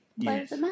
Yes